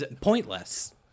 pointless